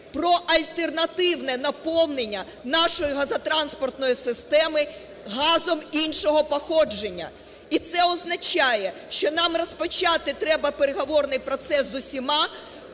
про альтернативне наповнення нашої газотранспортної системи газом іншого походження. І це означає, що нам розпочати треба переговорний процес з усіма